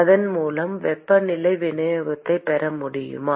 இதன் மூலம் வெப்பநிலை விநியோகத்தைப் பெற முடியுமா